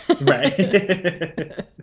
Right